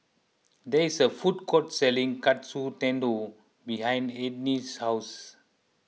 there is a food court selling Katsu Tendon behind Enid's house